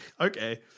Okay